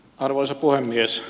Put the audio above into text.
arvoisa puhemies